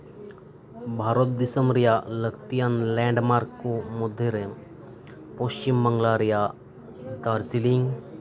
ᱵᱷᱟᱨᱚᱛ ᱫᱤᱥᱟᱹᱢ ᱨᱮᱭᱟᱜ ᱞᱟᱹᱠᱛᱤᱭᱟᱱ ᱞᱮᱱᱰᱢᱟᱨᱠ ᱠᱚ ᱢᱚᱫᱽᱫᱷᱮ ᱨᱮ ᱯᱚᱥᱪᱤᱢ ᱵᱟᱝᱞᱟ ᱨᱮᱭᱟᱜ ᱫᱟᱨᱡᱤᱞᱤᱝ